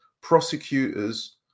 prosecutors